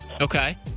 okay